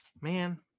Man